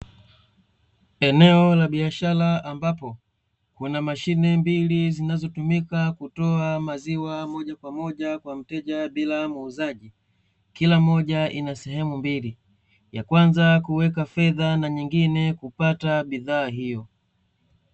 Eneo la biashara, ambapo kuna mashine mbili zinazotumika kutoa maziwa moja kwa moja kwa mteja bila muuzaji, kila moja ina sehemu mbili, ya kwanza kuwekea fedha na nyingine kupata bidhaa hiyo.